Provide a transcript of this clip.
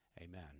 Amen